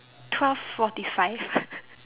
twelve forty five